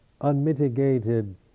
unmitigated